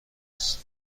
است